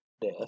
death